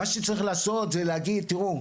מה שצריך לעשות זה להגיד תראו,